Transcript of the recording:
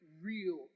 real